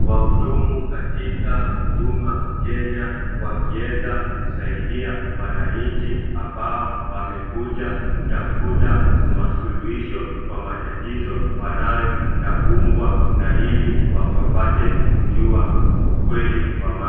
Wahudumu katika Huduma Kenya wakieza kusaidia wananchi ambao wamekuja kutafuta masuluhisho kwa matatizo wanayoyakumbwa na ili wapate kujua ukweli wa mambo.